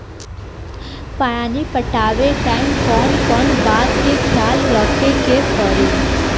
पानी पटावे टाइम कौन कौन बात के ख्याल रखे के पड़ी?